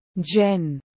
Jen